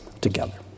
together